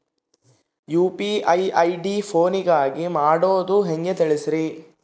UPI ID ಫೋನಿನಾಗ ಮಾಡೋದು ಹೆಂಗ ತಿಳಿಸ್ರಿ?